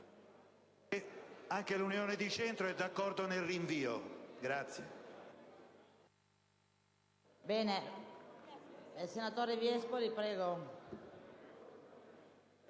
anche l'Unione di Centro è d'accordo sul rinvio delle